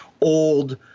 old